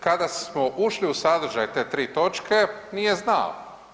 Kada smo ušli u sadržaj te 3 točke nije znao.